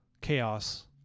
chaos